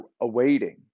awaiting